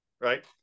right